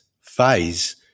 phase